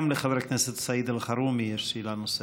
גם לחבר הכנסת סעיד אלחרומי יש שאלה נוספת.